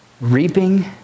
Reaping